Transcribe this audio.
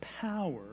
power